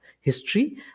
history